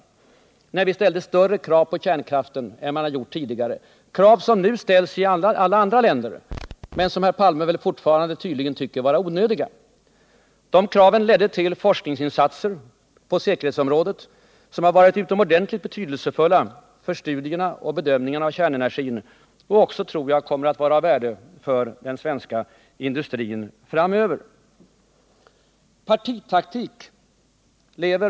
Genom villkorslagen ställde vi större krav på kärnkraften än man hade gjort tidigare, krav som nu ställs i många andra länder men som Olof Palme tydligen fortfarande tycker är onödiga. De kraven ledde till forskningsinsatser på säkerhetsområdet som varit utomordentligt betydelsefulla för studierna och bedömningen av kärnenergin och som jag även tror kommer att bli av värde för den svenska industrin framöver.